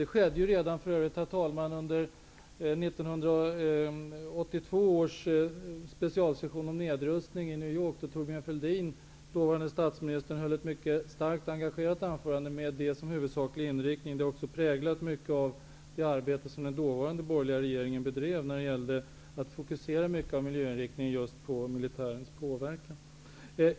Det skedde för övrigt, herr talman, redan under 1982 års specialsession om nedrustning i New York, då dåvarande statsministern Thorbjörn Fälldin höll ett mycket engagerat anförande med detta som huvudsaklig inriktning. Det har också präglat mycket av det arbete som den dåvarande borgerliga regeringen bedrev när det gällde att fokusera mycket av miljöinriktningen just på militärens påverkan.